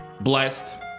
blessed